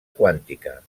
quàntica